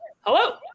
Hello